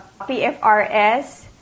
PFRS